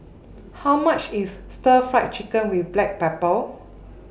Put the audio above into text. How much IS Stir Fry Chicken with Black Pepper